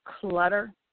clutter